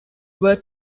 were